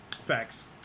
facts